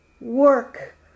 work